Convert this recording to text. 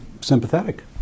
sympathetic